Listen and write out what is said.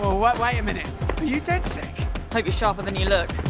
what wait a minute. are you dedsec? hope you're sharper than you look.